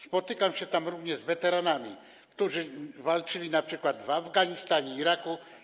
Spotykam się tam również z weteranami, którzy walczyli np. w Afganistanie, Iraku.